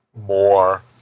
more